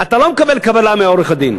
אתה לא מקבל קבלה מעורך-הדין,